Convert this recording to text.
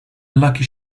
lucky